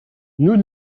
nous